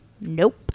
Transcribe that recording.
nope